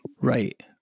Right